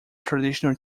traditional